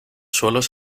suelos